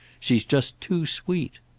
she's just too sweet.